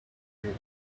you